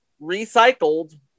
recycled